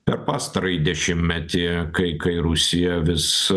per pastarąjį dešimtmetį kai kai rusija vis